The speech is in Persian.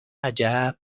عجب